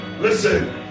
Listen